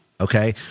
Okay